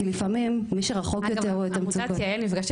כי לפעמים מי שרחוק יותר הוא יותר- -- עמותת יע"ל נפגשתי